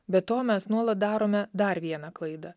be to mes nuolat darome dar vieną klaidą